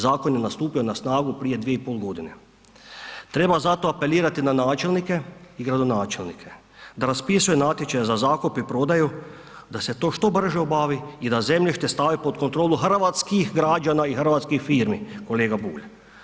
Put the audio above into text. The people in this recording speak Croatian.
Zakon je nastupio na snagu prije 2,5.g. Treba zato apelirati na načelnike i gradonačelnike da raspisuju natječaj za zakup i prodaju da se to što brže obavi i da zemljište stave pod kontrolu hrvatskih građana i hrvatskih firmi kolega Bulj.